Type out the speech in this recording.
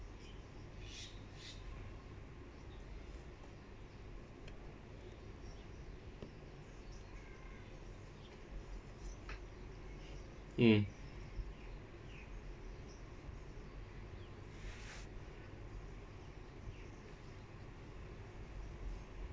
mm